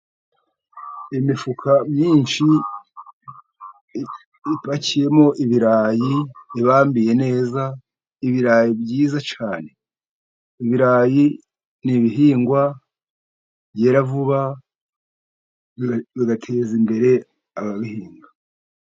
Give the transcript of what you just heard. Imifuka myinshi ipakiyemo ibirayi ibambiye neza ibirayi byiza cyane, ibirayi n'ibihingwa byera vuba bigateza imbere ababihinga.